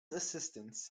assistance